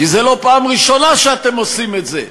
כי זאת לא הפעם הראשונה שאתם עושים את זה,